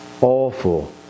awful